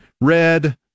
red